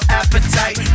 appetite